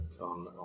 on